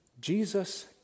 Jesus